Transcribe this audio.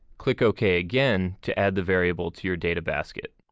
click ok again to add the variable to your databasket.